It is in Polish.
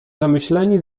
zamyśleni